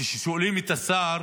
כששואלים את השר